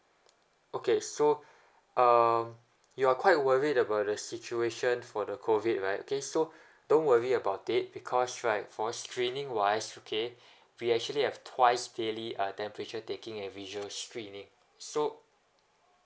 okay so um you are quite worried about the situation for the COVID right okay so don't worry about it because right for screening wise okay we actually have twice daily uh temperature taking and visual screening so